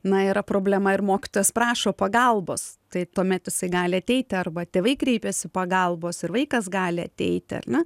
na yra problema ir mokytojas prašo pagalbos tai tuomet jisai gali ateiti arba tėvai kreipiasi pagalbos ir vaikas gali ateiti ar ne